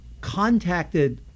contacted